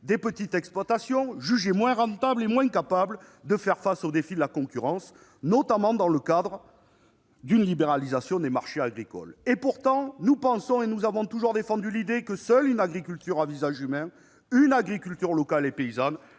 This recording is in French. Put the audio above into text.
des petites exploitations, jugées moins rentables et moins capables de faire face au défi de la concurrence, notamment dans le cadre d'une libéralisation des marchés agricoles. Pour notre part, nous avons toujours défendu l'idée que seule une agriculture à visage humain, une agriculture locale et paysanne